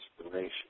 inspiration